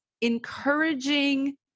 encouraging